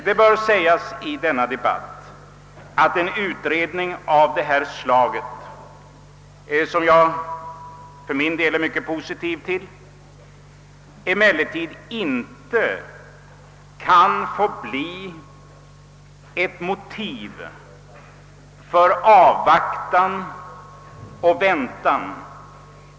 Det bör dock i denna debatt sägas ut att en utredning av det slaget, som jag för min del är mycket positiv till, inte får bli ett motiv för att avvakta och vänta.